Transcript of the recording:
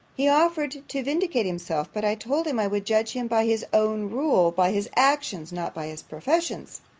he offered to vindicate himself. but i told him, i would judge him by his own rule by his actions, not by his professions.